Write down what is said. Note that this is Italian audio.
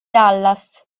dallas